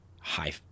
high